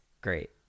great